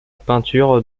peinture